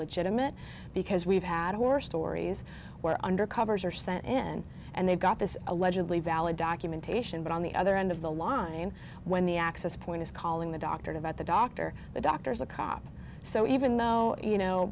legitimate because we've had horror stories where undercovers are sent in and they've got this allegedly valid documentation but on the other end of the line when the access point is calling the doctor about the doctor the doctor is a cop so even though you know